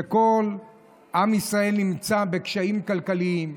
כשכל עם ישראל נמצא בקשיים כלכליים,